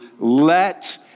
let